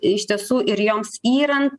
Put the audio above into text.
iš tiesų ir joms yrant